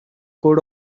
good